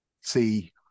see